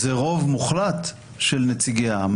זה רוב מוחלט של נציגי העם.